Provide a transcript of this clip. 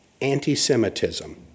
anti-Semitism